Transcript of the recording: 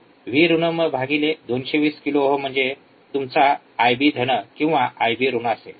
तर व्ही ऋण भागिले २२० किलो ओहम म्हणजे तुमचा आयबी धन IB आणि आयबी ऋण असेल